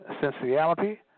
sensuality